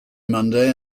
monday